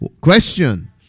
Question